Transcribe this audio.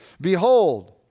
Behold